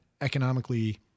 economically